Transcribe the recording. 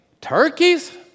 turkeys